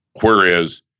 Whereas